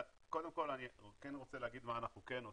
קודם כל אני כן רוצה להגיד מה אנחנו כן עושים.